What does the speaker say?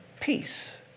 Peace